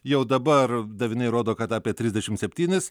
jau dabar daviniai rodo kad apie trisdešimt septynis